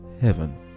heaven